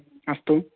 अस्तु